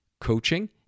coaching